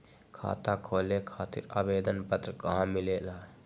खाता खोले खातीर आवेदन पत्र कहा मिलेला?